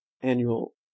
annual